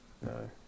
No